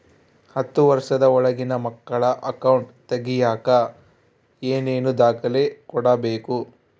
ಹತ್ತುವಷ೯ದ ಒಳಗಿನ ಮಕ್ಕಳ ಅಕೌಂಟ್ ತಗಿಯಾಕ ಏನೇನು ದಾಖಲೆ ಕೊಡಬೇಕು?